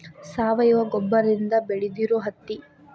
ಸಾವಯುವ ಗೊಬ್ಬರದಿಂದ ಬೆಳದಿರು ಹತ್ತಿ